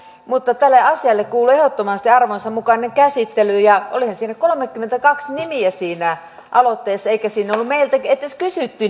mutta tälle asialle kuuluu ehdottomasti arvonsa mukainen käsittely ja olihan siinä aloitteessa kolmekymmentäkaksi nimeä eikä siihen aloitteeseen ollut meiltä edes kysytty